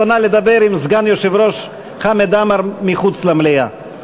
או נא לדבר עם סגן היושב-ראש חמד עמאר מחוץ למליאה.